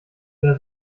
der